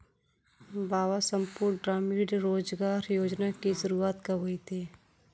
बाबा संपूर्ण ग्रामीण रोजगार योजना की शुरुआत कब हुई थी?